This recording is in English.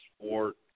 sport